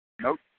Nope